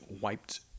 wiped